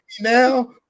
now